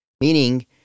Meaning